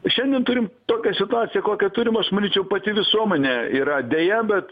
šiandien turim tokią situaciją kokią turim aš manyčiau pati visuomenė yra deja bet